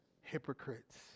hypocrites